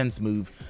move